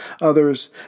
others